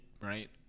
right